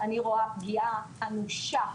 אני רואה פגיעה אנושה,